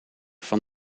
van